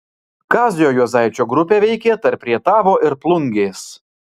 kazio juozaičio grupė veikė tarp rietavo ir plungės